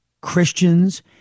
Christians